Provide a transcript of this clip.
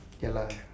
ya lah